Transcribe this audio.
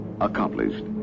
accomplished